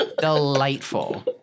delightful